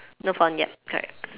not font yup correct